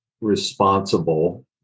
responsible